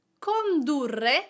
condurre